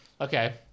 Okay